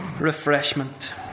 refreshment